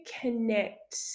connect